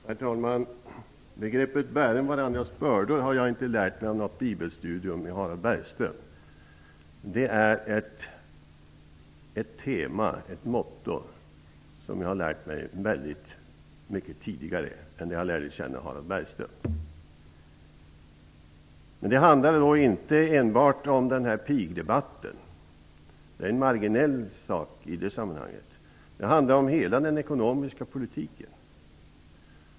Herr talman! Begreppet ''bären varandras bördor'' har jag inte lärt mig av något bibelstudium med Harald Bergström. Det är ett tema, ett motto, som jag har lärt mig väldigt mycket tidigare än jag lärde känna Harald Bergström. Det handlar inte enbart om pigdebatten -- den är marginell i det sammanhanget -- utan det handlar om hela den ekonomiska politiken.